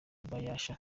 yabasha